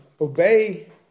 obey